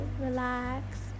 relax